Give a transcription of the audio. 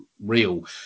real